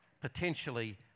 Potentially